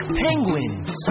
penguins